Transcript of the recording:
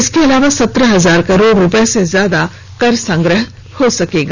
इसके अलावा सत्रह हजार करोड़ रूपये से ज्यादा कर संग्रह हो सकेगा